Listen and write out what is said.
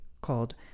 called